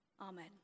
Amen